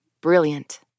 Brilliant